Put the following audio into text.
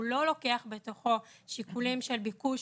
הוא לא לוקח בתוכו שיקולים של ביקוש